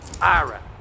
Ira